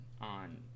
on